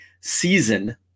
season